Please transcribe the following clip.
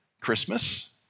Christmas